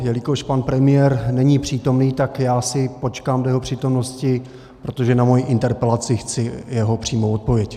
Jelikož pan premiér není přítomen, tak já si počkám do jeho přítomnosti, protože na svoji interpelaci chci jeho přímou odpověď.